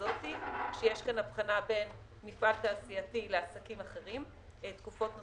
אנחנו עוברים לסעיף האחרון בסדר היום: תקנות מס